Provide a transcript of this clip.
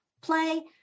play